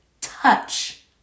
touch